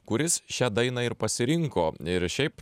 kuris šią dainą ir pasirinko ir šiaip